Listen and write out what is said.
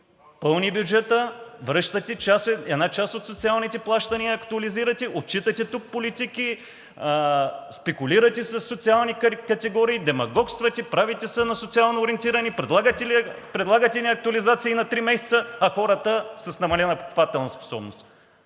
пълни бюджета, връщате една част от социалните плащания, актуализирате, отчитате тук политики, спекулирате със социални категории, демагогствате, правите се на социално ориентирани, предлагате ни актуализации на три месеца, а хората – с намалена покупателна способност!